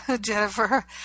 Jennifer